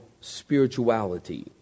spirituality